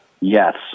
Yes